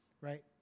right